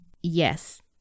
Yes